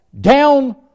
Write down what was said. Down